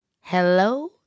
Hello